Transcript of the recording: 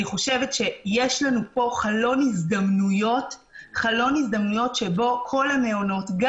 אני חושבת שיש לנו פה חלון הזדמנויות שבו כל המעונות גם